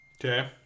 Okay